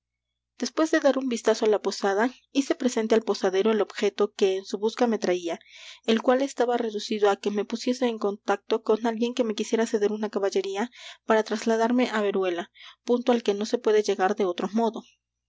después de dar un vistazo á la posada hice presente al posadero el objeto que en su busca me traía el cual estaba reducido á que me pusiese en contacto con alguien que me quisiera ceder una caballería para trasladarme á veruela punto al que no se puede llegar de otro modo